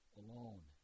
alone